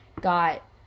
got